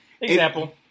Example